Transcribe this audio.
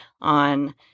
on